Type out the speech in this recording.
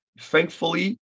thankfully